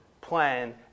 plan